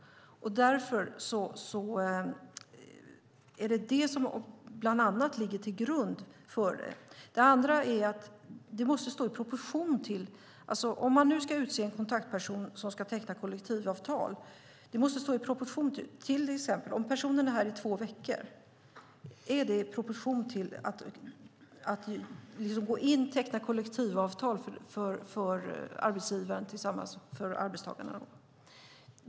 Det är bland annat det som ligger till grund för detta. Det andra är att det måste finnas en proportion. Om man nu ska utse en kontaktperson som ska teckna kollektivavtal och personen är här i två veckor, står det i proportion till att arbetsgivaren ska gå in och teckna kollektivavtal för arbetstagarna?